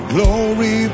Glory